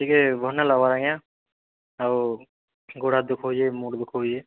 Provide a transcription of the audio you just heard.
ଟିକେ ଭଲ୍ ନେଇ ଲାଗବାର୍ ଆଜ୍ଞା ଆଉ ଗୋଡ଼୍ ହାତ୍ ଦୁଖଉଛେ ମୁଣ୍ଡ୍ ଦୁଖଉଛେ